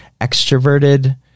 extroverted